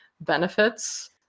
benefits